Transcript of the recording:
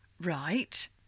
Right